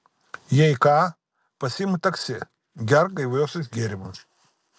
jei ką pasiimk taksi gerk gaiviuosius gėrimus